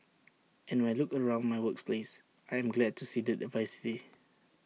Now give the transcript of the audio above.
and when look around my works place I am glad to see that diversity